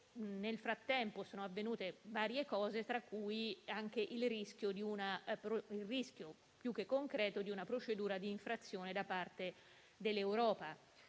nel frattempo sono intervenuti vari fattori, tra cui anche il rischio più che concreto di una procedura di infrazione da parte dell'Europa,